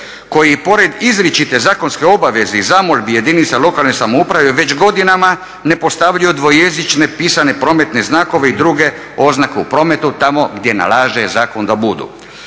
koji pored izričite zakonske obaveze i zamolbi jedinica lokalne samouprave već godinama ne postavljaju dvojezične pisane prometne znakove i druge oznake u prometu tamo gdje nalaže zakon da budu.